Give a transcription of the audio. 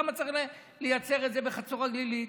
למה צריך לייצר את זה בחצור הגלילית?